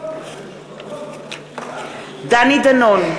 דני דנון,